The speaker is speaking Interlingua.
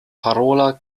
parola